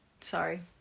sorry